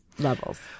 Levels